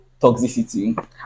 toxicity